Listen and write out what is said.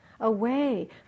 away